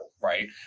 right